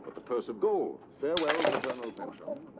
the purse of gold! farewell paternal pension.